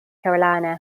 carolina